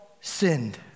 sinned